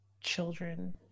children